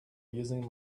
using